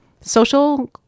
social